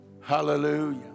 hallelujah